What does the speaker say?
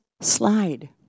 slide